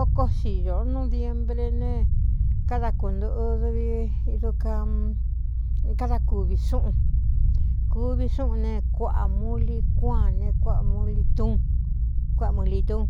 Okó siñō nú diembre ne káda kuntɨꞌu dvi duka kada kuvi xúꞌun kuvi xúꞌūn ne kuaꞌa mu li kuáan ne kuꞌ lún kuaꞌa mulitún